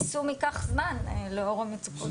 היישום ייקח זמן לאור המצוקות.